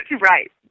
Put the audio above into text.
Right